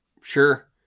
Sure